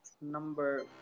number